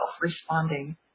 responding